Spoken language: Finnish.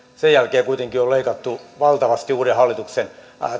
sen jälkeen kuitenkin on leikattu valtavasti uuden hallituksen